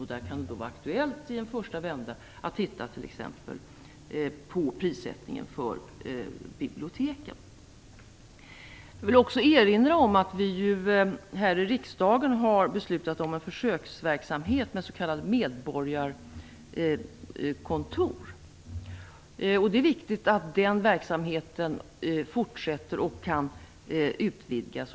I en första vända kan det vara aktuellt att t.ex. titta på prissättningen för biblioteken. Jag vill också erinra om att vi här i riksdagen har beslutat om en försöksverksamhet med s.k. medborgarkontor. Det är viktigt att den verksamheten fortsätter och kan utvidgas.